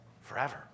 Forever